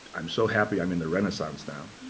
i'm so happy i'm in the renaissance now.